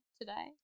today